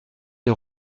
des